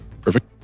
Perfect